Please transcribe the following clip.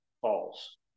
false